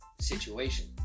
situation